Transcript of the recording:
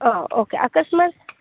ಹಾಂ ಓಕೆ ಅಕಸ್ಮಾತ್